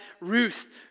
Ruth